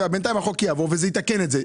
בינתיים החוק יעבור וזה יתקן את זה.